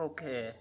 Okay